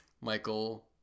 Michael